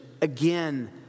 again